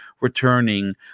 returning